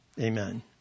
Amen